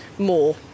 more